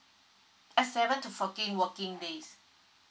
eh seven to fourteen working days